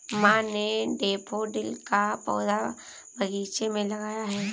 माँ ने डैफ़ोडिल का पौधा बगीचे में लगाया है